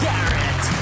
Garrett